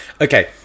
Okay